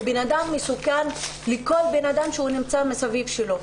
הוא בן אדם המסוכן לכל מי שנמצא מסביבו.